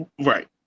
Right